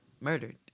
Murdered